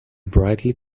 brightly